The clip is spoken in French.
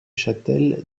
châtel